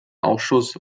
ausschuss